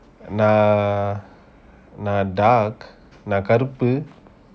நான் நான்:naan naan dark நான் கருப்பு:naan karupu